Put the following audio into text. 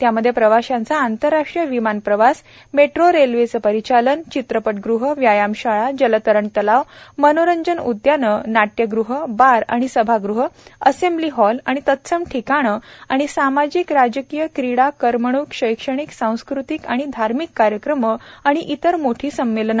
त्यामध्ये प्रवाशांचा आंतरराष्ट्रीय विमान प्रवास मेट्रो रेल्वेचे परिचालन चित्रपटगृहे व्यायामशाळा जलतरण तलाव मनोरंजन उद्याने नाट्यगृहे बार आणि सभागृह असेंब्ली हॉल आणि तत्सम ठिकाणे आणि सामाजिक राजकीय क्रीडा करमणूक शैक्षणिक सांस्कृतिक धार्मिक कार्यक्रम आणि इतर मोठी संमेलने